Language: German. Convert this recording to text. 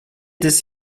des